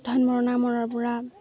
ধান মৰণা মৰাৰ পৰা